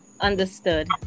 understood